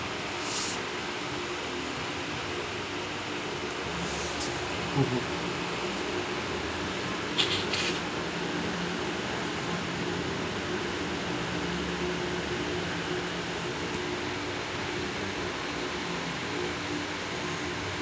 mmhmm